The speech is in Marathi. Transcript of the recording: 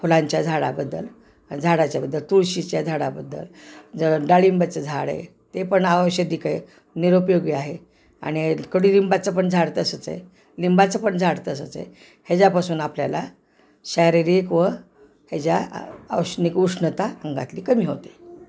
फुलांच्या झाडाबद्दल झाडाच्याबद्दल तुळशीच्या झाडाबद्दल ज डाळिंबाचं झाड आहे ते पण औषधिक आहे निरोपयोगी आहे आणि कडूलिंबाचं पण झाड तसंचं आहे लिंबाचं पण झाड तसंचं आहे ह्याच्यापासून आपल्याला शारीरिक व ह्याच्या औषधिक उष्णता अंगातली कमी होते